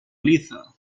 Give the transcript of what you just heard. lisa